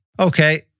Okay